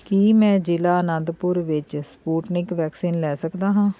ਕੀ ਮੈਂ ਜਿਲ੍ਹਾ ਅਨੰਦਪੁਰ ਵਿੱਚ ਸਪੂਟਨਿਕ ਵੈਕਸੀਨ ਲੈ ਸਕਦਾ ਹਾਂ